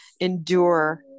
endure